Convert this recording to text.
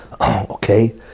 Okay